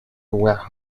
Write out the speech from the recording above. were